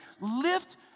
lift